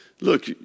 look